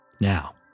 Now